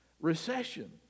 recession